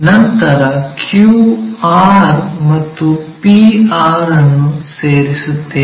ನಂತರ q r ಮತ್ತು p r ಅನ್ನು ಸೇರಿಸುತ್ತೇವೆ